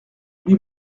lui